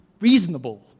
reasonable